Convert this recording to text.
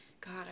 god